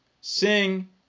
Sing